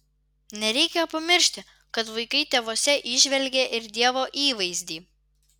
nereikia pamiršti kad vaikai tėvuose įžvelgia ir dievo įvaizdį